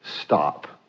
stop